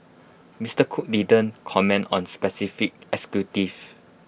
Mister cook didn't comment on specific